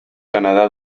canadá